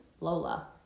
Lola